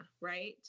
right